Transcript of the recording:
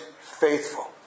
faithful